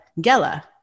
Gela